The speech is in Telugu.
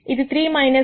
ఇది 3 1 nn బై n